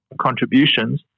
contributions